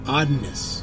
oddness